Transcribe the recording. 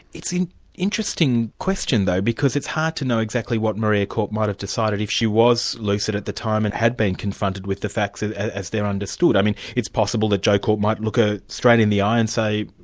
it's an interesting question, though, because it's hard to know exactly what maria korp might have decided if she was lucid at the time and had been confronted with the facts as they're understood. i mean it's possible that joe korp might look her ah straight in the eye and say,